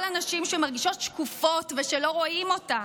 הנשים שמרגישות שקופות ושלא רואים אותן.